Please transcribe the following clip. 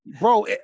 bro